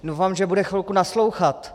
Doufám, že bude chvilku naslouchat.